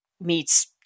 meets